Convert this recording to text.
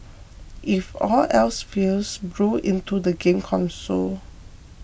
if all else fails blow into the game console